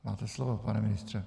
Máte slovo, pane ministře.